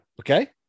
Okay